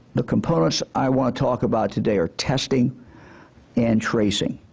the components i want to talk about today are testing and tracing.